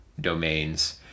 domains